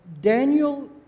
Daniel